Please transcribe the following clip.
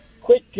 Quick